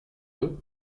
eux